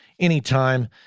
anytime